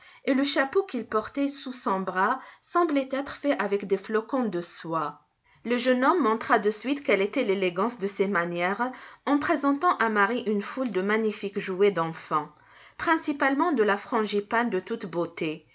et le chapeau qu'il portait sous son bras semblait être fait avec des flocons de soie le jeune homme montra de suite quelle était l'élégance de ses manières en présentant à marie une foule de magnifiques jouets d'enfants principalement de la frangipane de toute beauté